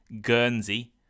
Guernsey